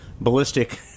ballistic